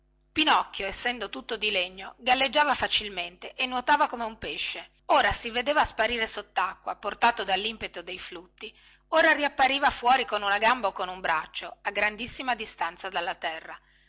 pinocchio essendo tutto di legno galleggiava facilmente e nuotava come un pesce ora si vedeva sparire sottacqua portato dallimpeto dei flutti ora riappariva fuori con una gamba o con un braccio a grandissima distanza dalla terra